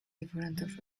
diferentes